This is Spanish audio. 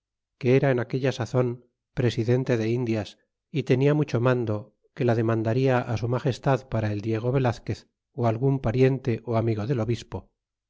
que era en aquella sazon presidente de indias y tenia mucho mando que la demandaria su magestad para el diego velazquez ó algun pariente amigo del obispo